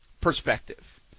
perspective